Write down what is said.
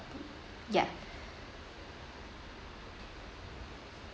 ya